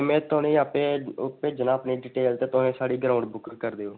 ते में ओह् तुसेंगी आपें भेजना डिटेल ते तुस साढ़ी ग्राऊंड बुक कराई ओड़ो